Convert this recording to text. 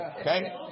okay